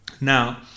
Now